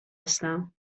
هستم